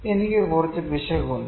എനിക്ക് കുറച്ച് പിശക് ഉണ്ട്